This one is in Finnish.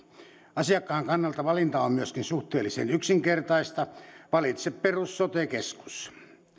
asiakkaan kannalta valinta on myöskin suhteellisen yksinkertaista valitse perus sote keskus